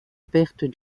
perte